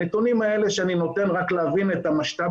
הנתונים האלה שאני נותן רק להבין את המשת"פ